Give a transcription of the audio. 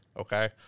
Okay